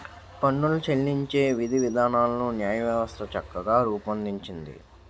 పన్నులు చెల్లించే విధివిధానాలను న్యాయవ్యవస్థ చక్కగా రూపొందించింది